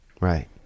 Right